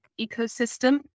ecosystem